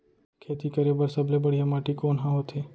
खेती करे बर सबले बढ़िया माटी कोन हा होथे?